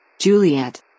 Juliet